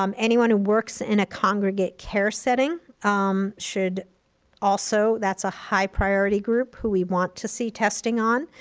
um anyone who works in a congregate care setting um should also. that's a high priority group who we want to see testing on,